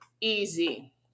easy